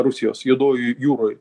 rusijos juodojoj jūroj